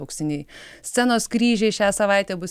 auksiniai scenos kryžiai šią savaitę bus